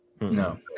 No